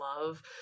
love